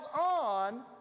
on